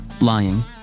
Lying